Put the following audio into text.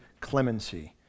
clemency